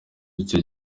icyo